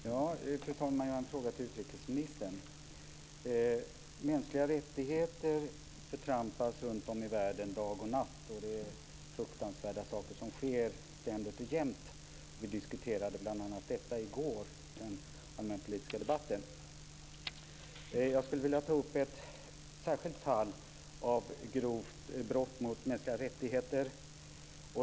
Fru talman! Jag har en fråga till utrikesministern. Mänskliga rättigheter förtrampas runtom i världen dag och natt. Det är fruktansvärda saker som sker ständigt och jämt. Vi diskuterade bl.a. detta i går i den allmänpolitiska debatten. Jag skulle vilja ta upp ett särskilt fall av grovt brott mot mänskliga rättigheter.